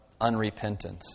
unrepentance